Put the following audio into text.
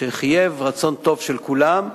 שחייב רצון טוב של כולם,